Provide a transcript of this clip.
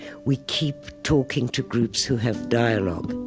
we keep talking to groups who have dialogue